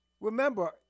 remember